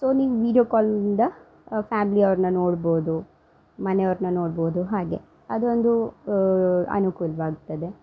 so ನೀವು video ಕಾಲ್ನಿಂದ ಫ್ಯಾಮ್ಲಿಯವ್ರನ್ನ ನೋಡ್ಬೋದು ಮನೆಯವ್ರನ್ನ ನೋಡ್ಬೋದು ಹಾಗೆ ಅದು ಒಂದು ಅನುಕೂಲವಾಗ್ತದೆ